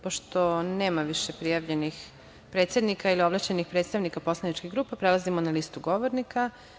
Pošto nema više prijavljenih predsednika ili ovlašćenih predstavnika poslaničkih grupa, prelazimo na listu govornika.